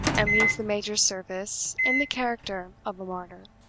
and leaves the major's service in the character of a martyr.